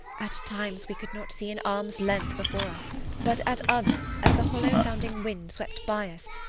at times we could not see an arm's length before us but at others, as the hollow-sounding wind swept by us,